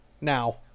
now